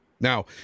Now